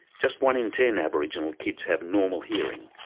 just one in ten aboriginal kids have normal hearing.